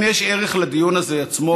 אם יש ערך לדיון הזה עצמו,